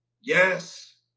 Yes